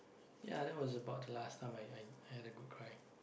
ya that was about the last time I I I had a good cry